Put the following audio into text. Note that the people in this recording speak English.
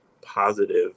positive